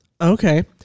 Okay